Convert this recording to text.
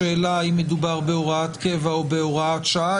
השאלה אם מדובר בהוראת קבע או בהוראת שעה.